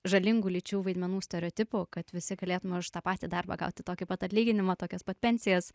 žalingų lyčių vaidmenų stereotipų kad visi galėtume už tą patį darbą gauti tokį pat atlyginimą tokias pat pensijas